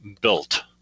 built